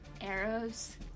arrows